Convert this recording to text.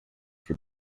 for